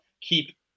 keep